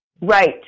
Right